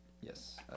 yes